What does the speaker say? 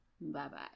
Bye-bye